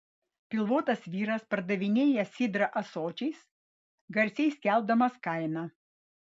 pilvotas vyras pardavinėja sidrą ąsočiais garsiai skelbdamas kainą